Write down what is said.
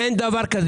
אין דבר כזה.